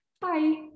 Bye